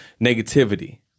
negativity